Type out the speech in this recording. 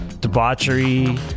debauchery